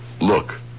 Look